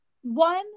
one